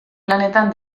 lanetan